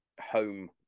home